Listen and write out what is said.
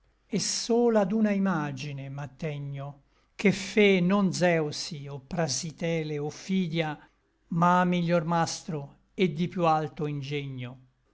et sol ad una imagine m'attegno che fe non zeusi o prasitele o fidia ma miglior mastro et di piú alto ingegno